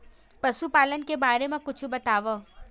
पशुपालन के बारे मा कुछु बतावव?